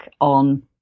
on